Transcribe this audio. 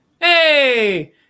hey